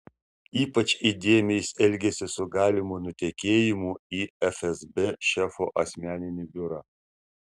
ypač įdėmiai jis elgėsi su galimu nutekėjimu į fsb šefo asmeninį biurą